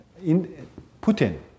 Putin